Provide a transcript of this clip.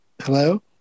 Hello